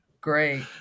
Great